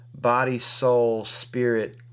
body-soul-spirit